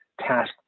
task